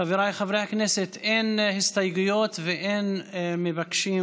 חבריי חברי הכנסת, אין הסתייגויות ואין מבקשים